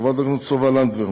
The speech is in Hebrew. חברת הכנסת סופה לנדבר,